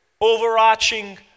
overarching